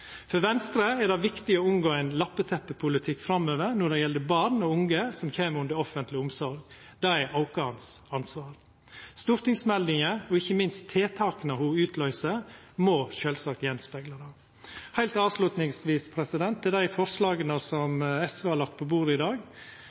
For Venstre er det viktig å unngå ein lappeteppepolitikk framover når det gjeld barn og unge som kjem under offentleg omsorg. Dei er vårt ansvar. Stortingsmeldinga og ikkje minst tiltaka ho utløyser, må sjølvsagt spegla av det. Heilt avslutningsvis: Til dei forslaga som SV har lagt på bordet i dag,